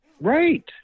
right